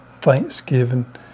Thanksgiving